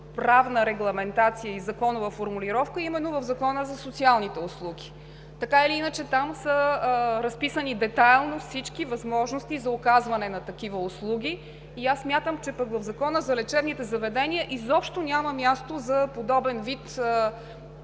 правна регламентация и законова формулировка е именно в Закона за социалните услуги. Така или иначе там са разписани детайлно всички възможности за оказването на такива услуги и аз смятам, че в Закона за лечебните заведения изобщо няма място за подобен вид